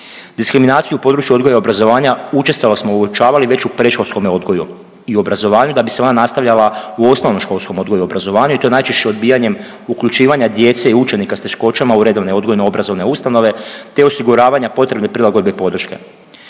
Diskriminaciju u području odgoja i obrazovanja učestalo smo uočavali već u predškolskome odgoju i obrazovanju, da bi se ona nastavljala u osnovnoškolskom odgoju i obrazovanju i to najčešće odbijanjem uključivanja djece i učenika s teškoćama u redovne odgojno-obrazovne ustanove te osiguravanja potrebne prilagodbe i podrške.